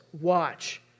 watch